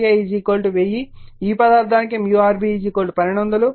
కాబట్టి ఈ పదార్థానికి rA1000 ఇవ్వబడుతుంది మరియు ఈ పదార్థానికి rB1200